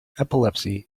epilepsy